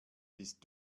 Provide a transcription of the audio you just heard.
bist